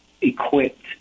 equipped